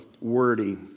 wordy